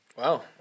Wow